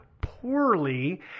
poorly